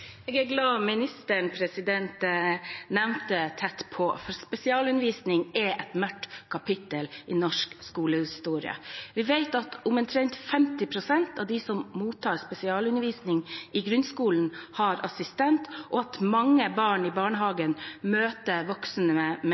Jeg er glad ministeren nevnte Tett på, for spesialundervisning er et mørkt kapittel i norsk skolehistorie. Vi vet at omtrent 50 pst. av dem som mottar spesialundervisning i grunnskolen, har assistent, og at mange barn i barnehagen møter voksne med